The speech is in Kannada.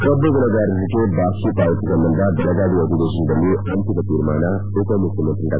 ಕಬ್ಬು ಬೆಳೆಗಾರರಿಗೆ ಬಾಕಿ ಪಾವತಿ ಸಂಬಂಧ ಬೆಳಗಾವಿ ಅಧಿವೇಶನದಲ್ಲಿ ಅಂತಿಮ ತೀರ್ಮಾನ ಉಪಮುಖ್ಯಮಂತ್ರಿ ಡಾ